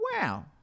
Wow